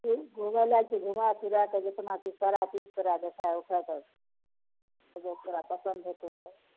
घुमै फिरैके जतना चीज छै सारा चीज तोहरा देखै उखैके तोहरा पसन्द हेतौ तऽ